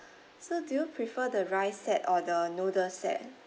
so do you prefer the rice set or the noodle set